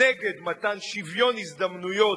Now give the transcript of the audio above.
נגד מתן שוויון הזדמנויות,